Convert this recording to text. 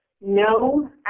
No